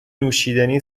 نوشیدنی